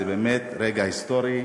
זה באמת רגע היסטורי,